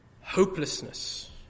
hopelessness